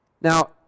Now